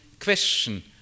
question